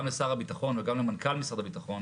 לשר הביטחון וגם למנכ"ל משרד הביטחון